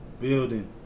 building